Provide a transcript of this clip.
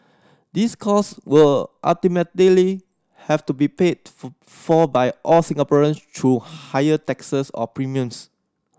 these cost will ultimately have to be paid for by all Singaporeans through higher taxes or premiums